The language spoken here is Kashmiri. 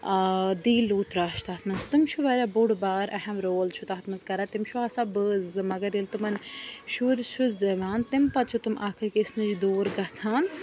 دیٖلوٗترا چھِ تَتھ منٛز تٕم چھِ واریاہ بوٚڑ بار اہم رول چھُ تَتھ منٛز کَران تِم چھُ آسان بٲژ زٕ مَگر ییٚلہِ تمَن شُرۍ چھُ زٮ۪وان تمہِ پَتہٕ چھِ تم اکھ أکِس نِش دوٗر گژھان